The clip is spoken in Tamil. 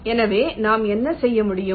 எனவே நாம் என்ன செய்ய முடியும்